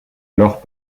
alors